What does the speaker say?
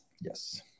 Yes